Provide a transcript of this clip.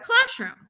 classroom